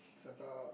it's about